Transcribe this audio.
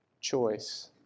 choice